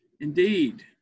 Indeed